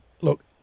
look